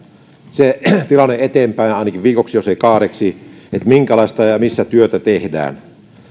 se tilanne eteenpäin ainakin viikoksi jos ei kahdeksi siitä minkälaista ja missä työtä tehdään